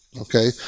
okay